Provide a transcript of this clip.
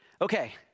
Okay